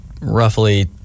roughly